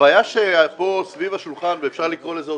הבעיה שפה סביב השולחן ואפשר לקרוא לזה אוטובוסים,